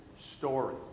story